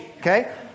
okay